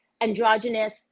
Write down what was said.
androgynous